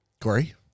Corey